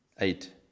eight